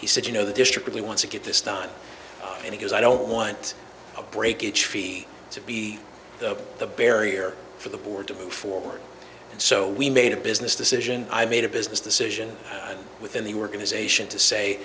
he said you know the district really wants to get this done and because i don't want a breakage fee to be the barrier for the board to move forward and so we made a business decision i made a business decision within the organization to say